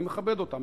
אני מכבד אותם,